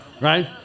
right